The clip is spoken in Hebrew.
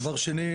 שנית,